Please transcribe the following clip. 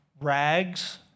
rags